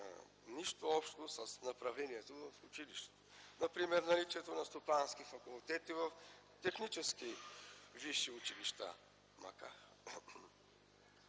нищо общо с направлението в училището. Например наличието на стопански факултети в технически висши училища.